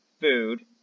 food